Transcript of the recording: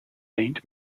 saint